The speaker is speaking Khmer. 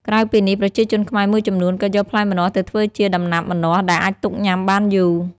ក្រៅពីនេះ ប្រជាជនខ្មែរមួយចំនួនក៏យកផ្លែម្នាស់ទៅធ្វើជា ដំណាប់ម្នាស់ដែលអាចទុកញ៉ាំបានយូរ។